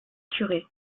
curé